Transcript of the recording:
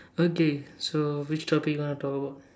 okay so which topic you want to talk about